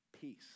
peace